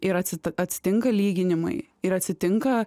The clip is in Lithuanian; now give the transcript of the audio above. ir atsi atsitinka lyginimai ir atsitinka